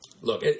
look